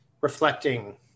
reflecting